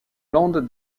land